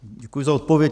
Děkuji za odpověď.